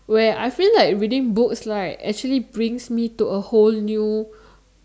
where I feel like reading books actually brings me to a whole new